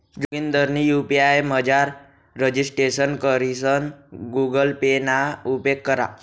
जोगिंदरनी यु.पी.आय मझार रजिस्ट्रेशन करीसन गुगल पे ना उपेग करा